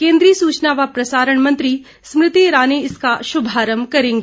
केंद्रीय सूचना व प्रसारण मंत्री स्मृति ईरानी इसका शुभारंभ करेगी